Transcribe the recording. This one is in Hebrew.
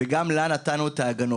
וגם לה נתנו את ההגנות.